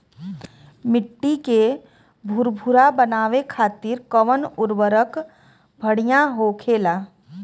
मिट्टी के भूरभूरा बनावे खातिर कवन उर्वरक भड़िया होखेला?